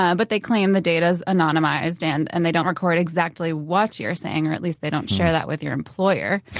ah but they claim the data is anonymized, and and they don't record exactly what you're saying, or at least they don't share that with your employer.